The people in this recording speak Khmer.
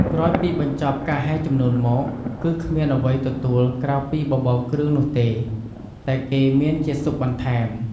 ក្រោយពីបញ្ចប់ការហែជំនូនមក គឺគ្មានអ្វីទទួលក្រៅពីបបរគ្រឿងនោះទេ តែគេមានជាស៊ុបបន្ថែម។